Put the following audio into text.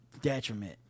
detriment